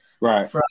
right